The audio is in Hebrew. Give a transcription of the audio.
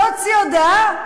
לא הוציא הודעה?